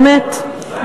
באמת,